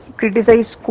criticize